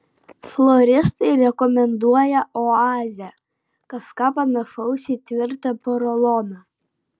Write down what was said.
floristai rekomenduoja oazę kažką panašaus į tvirtą poroloną